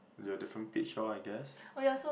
we have different pitch lor I guess